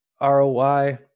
ROI